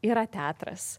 yra teatras